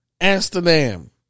Amsterdam